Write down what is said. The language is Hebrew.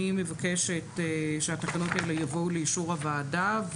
אני מבקשת שהתקנות האלה יבואו לאישור הוועדה,